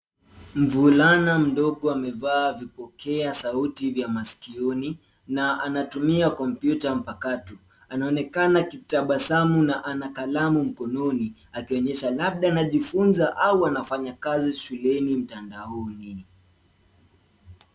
Mvulana mdogo amevaa vipokea sauti vya masikioni na anatumia kompyuta mpakato. Anaonekana akitabasamu na ana kalamu mkononi akionyesha labda anajifunza au anafanya kazi shuleni mtandaoni.